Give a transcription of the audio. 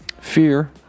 Fear